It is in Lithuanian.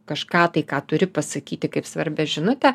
kažką tai ką turi pasakyti kaip svarbią žinutę